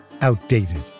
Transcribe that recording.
outdated